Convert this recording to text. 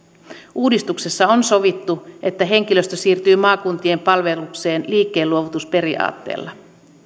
uudistuksessa on sovittu että henkilöstö siirtyy maakuntien palvelukseen liikkeenluovutusperiaatteella